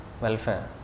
welfare